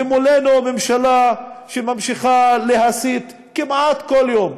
ומולנו ממשלה שממשיכה להסית כמעט כל יום,